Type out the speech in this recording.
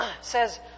says